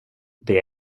det